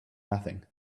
nothing